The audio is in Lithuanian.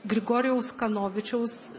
grigorijaus kanovičiaus